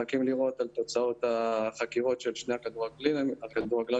אנחנו מחכים לראות את תוצאות החקירות של שני כדורגלנים האלה,